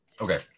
Okay